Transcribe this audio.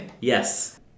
Yes